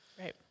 right